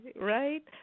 right